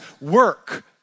work